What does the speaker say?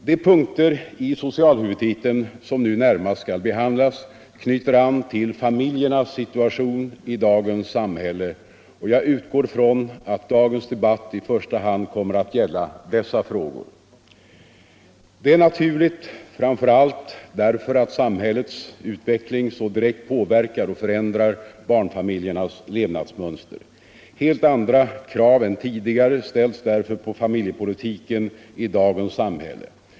De punkter i socialhuvudtiteln som nu närmast skall behandlas knyter an till familjernas situation i dagens samhälle, och jag utgår från att dagens debatt i första hand kommer att gälla dessa frågor. Det är naturligt framför allt därför att samhällets utveckling så direkt påverkar och förändrar barnfamiljernas levnadsmönster. Helt andra krav än tidigare ställs därför på familjepolitiken i dagens samhälle.